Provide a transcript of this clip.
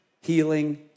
healing